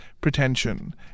pretension